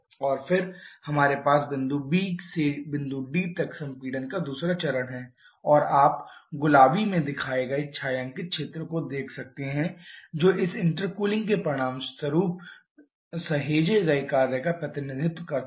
और फिर हमारे पास बिंदु B से बिंदु D तक संपीड़न का दूसरा चरण है और आप गुलाबी में दिखाए गए छायांकित क्षेत्र को देख सकते हैं जो इस इंटरकूलिंग के परिणामस्वरूप सहेजे गए कार्य का प्रतिनिधित्व करता है